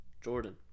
Jordan